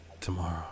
tomorrow